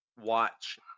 watch